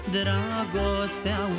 dragostea